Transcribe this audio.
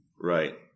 Right